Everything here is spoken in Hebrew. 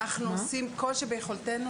אנחנו עושים כל שביכולתנו.